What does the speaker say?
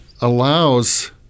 allows